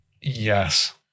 Yes